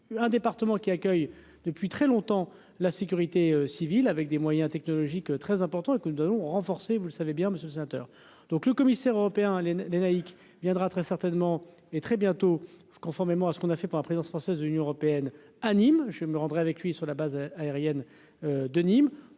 un département qui accueille depuis très longtemps, la sécurité civile, avec des moyens technologiques très important et que nous devons renforcer, vous le savez bien, monsieur, donc le commissaire européen les les laïcs viendra très certainement et très bientôt, conformément à ce qu'on a fait pour la présidence française de l'Union européenne Nîmes je me rendrai avec lui sur la base aérienne de Nîmes